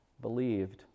believed